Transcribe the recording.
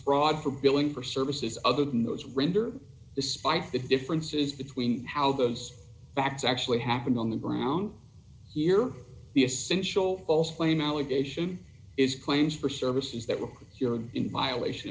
fraud for billing for services other than those render the spike the differences between how those facts actually happened on the ground here the essential false claim allegation is claims for services that work you're in violation